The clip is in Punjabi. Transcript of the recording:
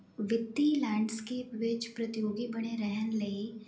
ਵਿੱਤੀ ਲੈਂਡਸਕੇਪ ਵਿੱਚ ਪ੍ਰਤਿਯੋਗੀ ਬਣੇ ਰਹਿਣ ਲਈ